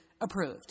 approved